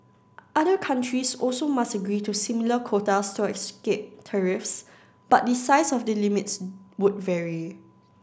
other countries also must agree to similar quotas to escape tariffs but the size of the limits would vary